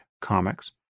comics